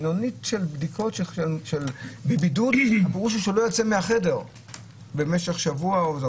מלונית של בידוד אדם לא יוצא מהחדר במשך שבוע.